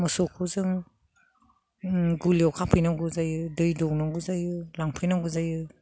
मोसौखौ जों गलियाव खाफैनांगौ जायो दै दौनांगौ जायो लांफैनांगौ जायो